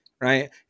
Right